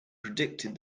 predicted